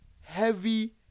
heavy